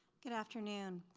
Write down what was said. good afternoon.